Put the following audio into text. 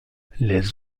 les